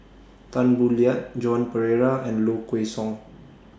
Tan Boo Liat Joan Pereira and Low Kway Song